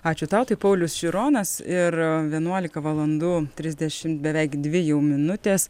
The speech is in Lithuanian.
ačiū tau tai paulius šironas ir vienuolika valandų risdešim beveik dvi jau minutės